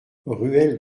ruelle